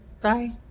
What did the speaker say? Bye